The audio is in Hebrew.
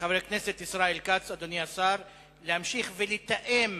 חבר הכנסת ישראל כץ, אדוני השר, להמשיך ולתאם